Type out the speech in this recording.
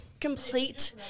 complete